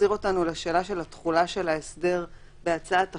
מחזיר אותנו לשאלה של התחולה של ההסדר בהצעת החוק,